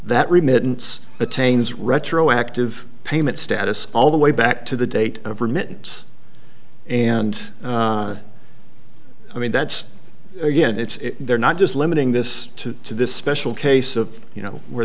that remittance attains retroactive payment status all the way back to the date of remittance and i mean that's again it's there not just limiting this to this special case of you know where